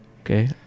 Okay